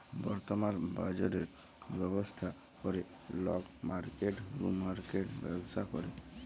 বর্তমাল বাজরের ব্যবস্থা ক্যরে লক মার্কেট টু মার্কেট ব্যবসা ক্যরে